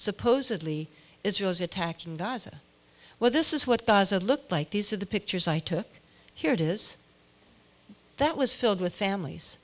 supposedly israel's attack in gaza well this is what does it looked like these are the pictures i took here it is that was filled with families